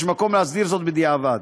יש מקום להסדיר זאת בדיעבד.